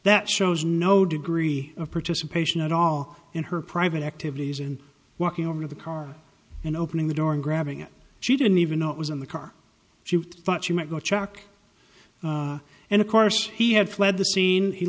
that shows no degree of participation at all in her private activities and walking over to the car and opening the door and grabbing it she didn't even know it was in the car she thought she might go check and of course he had fled the